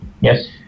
yes